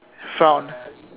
frown